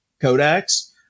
codex